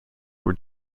were